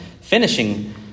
finishing